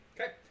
Okay